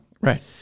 Right